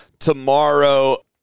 Tomorrow